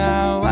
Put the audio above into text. Now